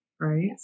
right